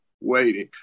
waiting